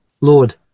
Lord